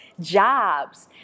jobs